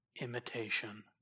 imitation